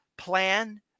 plan